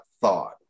thought